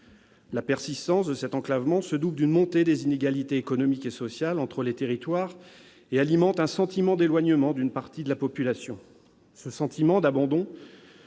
La persistance de cet enclavement se double d'une montée des inégalités économiques et sociales entre les territoires et alimente un sentiment d'éloignement d'une partie de la population. Ce sentiment d'abandon